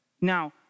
Now